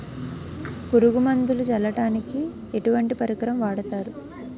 పురుగు మందులు చల్లడానికి ఎటువంటి పరికరం వాడతారు?